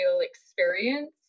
experience